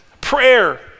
prayer